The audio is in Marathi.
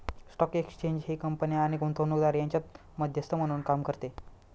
स्टॉक एक्सचेंज हे कंपन्या आणि गुंतवणूकदार यांच्यात मध्यस्थ म्हणून काम करते